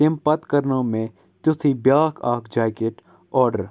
تَمہِ پَتہٕ کَرنوو مےٚ تیُتھُے بیٛاکھ اَکھ جاکٮ۪ٹ آڈَر